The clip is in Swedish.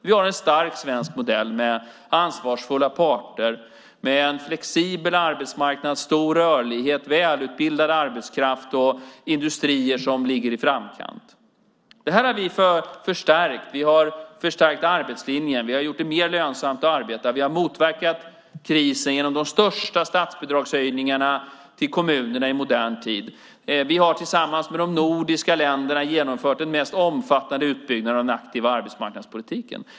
Vi har en stark svensk modell med ansvarsfulla parter, med en flexibel arbetsmarknad, stor rörlighet, välutbildad arbetskraft och industrier som ligger i framkant. Det här har vi förstärkt. Vi har förstärkt arbetslinjen. Vi har gjort det mer lönsamt att arbeta. Vi har motverkat krisen genom de största statsbidragshöjningarna till kommunerna i modern tid. Vi har tillsammans med de nordiska länderna genomfört den mest omfattande utbyggnaden av den aktiva arbetsmarknadspolitiken.